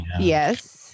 Yes